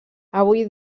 avui